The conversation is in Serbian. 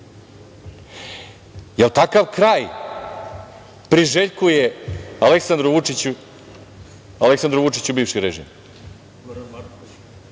li takav kraj priželjkuje Aleksandru Vučiću bivši režim?